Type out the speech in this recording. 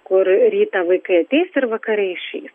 kur rytą vaikai ateis ir vakare išeis